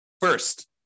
First